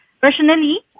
Personally